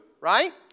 right